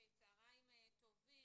צהרים טובים.